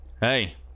Hey